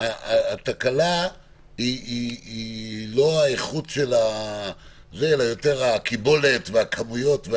התקלה היא לא האיכות אלא יותר הקיבולת והכמויות.